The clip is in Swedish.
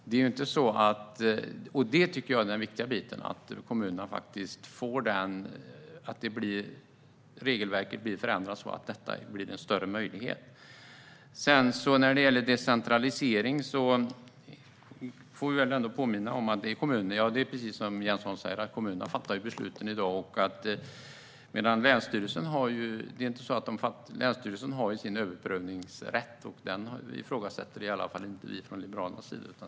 Det som jag tycker är den viktiga delen är att regelverket blir förändrat så att dessa möjligheter blir större för kommunerna. När det gäller decentralisering vill jag påminna om att det är kommunerna som fattar besluten i dag, precis som Jens Holm säger. Länsstyrelserna har överprövningsrätt, och den ifrågasätter i alla fall inte vi från Liberalernas sida.